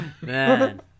Man